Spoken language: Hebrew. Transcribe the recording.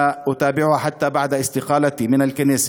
ושחשובים היום לתושבים הערבים במדינה.